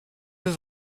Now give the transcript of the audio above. dans